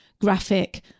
graphic